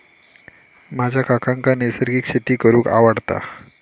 माझ्या काकांका नैसर्गिक शेती करूंक आवडता